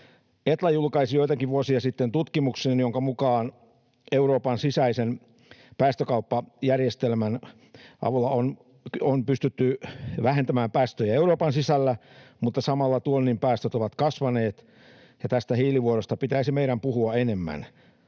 Etla julkaisi joitakin vuosia sitten tutkimuksen, jonka mukaan Euroopan sisäisen päästökauppajärjestelmän avulla on pystytty vähentämään päästöjä Euroopan sisällä, mutta samalla tuonnin päästöt ovat kasvaneet. Tästä hiilivuodosta meidän pitäisi puhua enemmän.